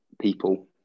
people